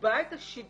כיבה את השידור,